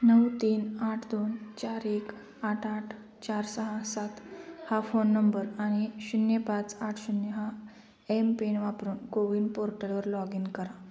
नऊ तीन आठ दोन चार एक आठ आठ चार सहा सात हा फोन नंबर आणि शून्य पाच आठ शून्य हा एम पिन वापरून को विन पोर्टलवर लॉग इन करा